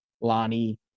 Lonnie